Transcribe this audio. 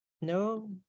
No